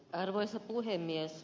arvoisa puhemies